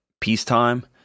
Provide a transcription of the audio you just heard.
peacetime